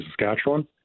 Saskatchewan